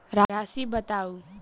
राशि बताउ